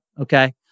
Okay